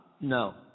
No